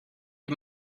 die